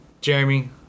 Jeremy